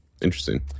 Interesting